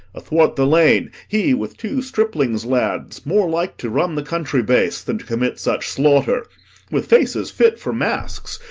athwart the lane he, with two striplings lads more like to run the country base than to commit such slaughter with faces fit for masks,